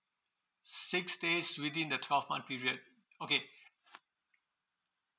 six days within the twelve month period okay